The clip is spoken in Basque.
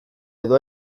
edo